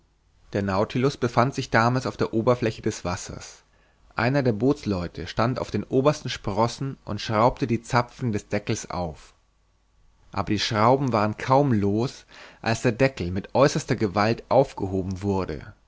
der nautilus befand sich damals auf der oberfläche des wassers einer der bootsleute stand auf den obersten sprossen und schraubte die zapfen des deckels auf aber die schrauben waren kaum los als der deckel mit äußerster gewalt aufgehoben wurde